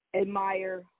admire